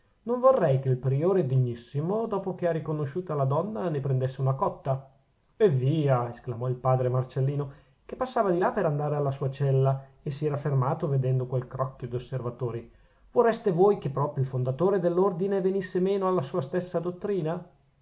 non vorrei che il priore degnissimo dopo che ha riconosciuta la donna ne prendesse una cotta eh via esclamò il padre marcellino che passava di là per andare alla sua cella e si era fermato vedendo quel crocchio d'osservatori vorreste voi che proprio il fondatore dell'ordine venisse meno alla sua stessa dottrina